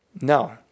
no